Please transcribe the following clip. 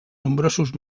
nombrosos